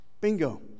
Bingo